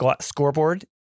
scoreboard